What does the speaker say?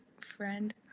friend